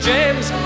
James